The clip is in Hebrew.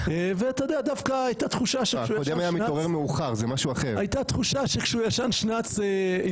ודווקא הייתה תחושה ש --- לא,